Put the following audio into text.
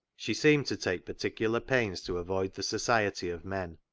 she seemed to take particular pains to avoid the society of men,